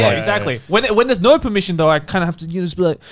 ah exactly. when and when there's no permission though, i kind of have to use, but